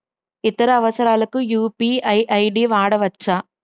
ఇతర అవసరాలకు UPI ID వాడవచ్చా?